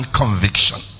conviction